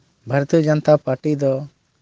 ᱵᱷᱟᱨᱚᱛᱤᱭᱚ ᱡᱚᱱᱚᱛᱟ ᱯᱟᱨᱴᱤ ᱫᱚ